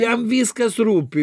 jam viskas rūpi